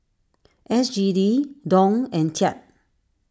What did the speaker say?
S G D Dong and Kyat